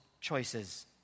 choices